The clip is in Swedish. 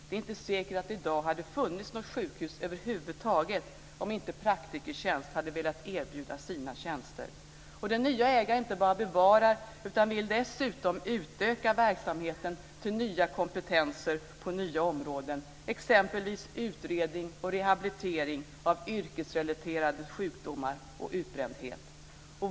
Det är inte säkert att det i dag hade funnits något sjukhus över huvud taget om inte Praktikertjänst hade velat erbjuda sina tjänster. Den nya ägaren inte bara bevarar utan vill dessutom utöka verksamheten med kompetenser på nya områden, exempelvis utredning och rehabilitering av yrkesrelaterade sjukdomar och utbrändhet.